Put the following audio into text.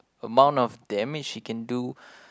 amount of damage he can do